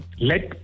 Let